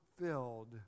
filled